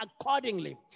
accordingly